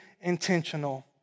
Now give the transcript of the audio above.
intentional